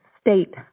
state